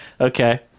Okay